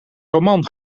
roman